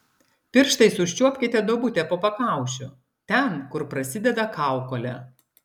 pirštais užčiuopkite duobutę po pakaušiu ten kur prasideda kaukolė